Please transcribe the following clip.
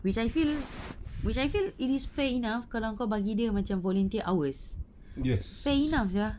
which I feel which I feel it is fair enough kalau kau bagi dia macam volunteer hours fair enough sia